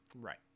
right